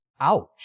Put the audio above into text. Ouch